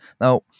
Now